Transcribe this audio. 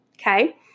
okay